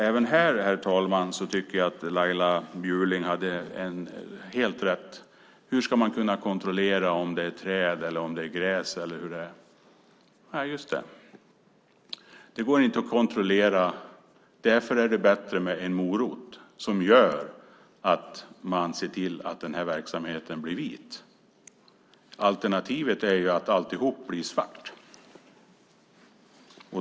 Även här tycker jag att Laila Bjurling hade helt rätt: Hur ska man kunna kontrollera om det handlar om träd eller gräs och så vidare? Nej, just det. Det går inte att kontrollera. Därför är det bättre med en morot som gör att man ser till att den här verksamheten blir vit. Alternativet är ju att alltihop blir svart.